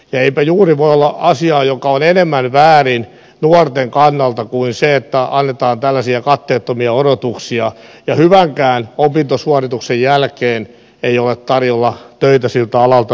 eipä juuri voi olla asiaa joka on enemmän väärin nuorten kannalta kuin se että annetaan tällaisia katteettomia odotuksia ja hyvänkään opintosuorituksen jälkeen ei ole tarjolla töitä siltä alalta mille on opiskellut